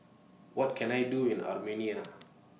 What Can I Do in Armenia